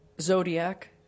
Zodiac